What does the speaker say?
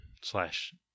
slash